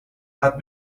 had